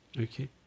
okay